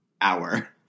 hour